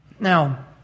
Now